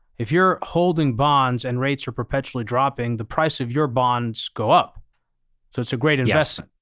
if you're holding bonds and rates are perpetually dropping, the price of your bonds go up, so it's a great investment.